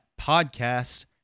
podcast